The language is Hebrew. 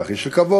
כך יש לקוות,